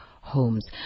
homes